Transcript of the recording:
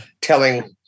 telling